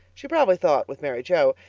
she probably thought, with mary joe,